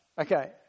Okay